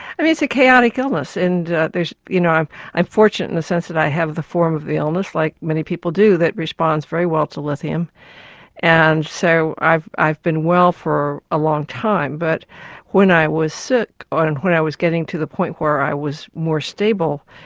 i mean, it's a chaotic and you know i'm i'm fortunate in a sense that i have the form of the illness, like many people do, that responds very well to lithium and so i've i've been well for a long time. but when i was sick, or and when i was getting to the point where i was more stable,